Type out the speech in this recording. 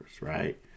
right